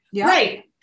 right